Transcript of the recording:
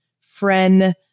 friend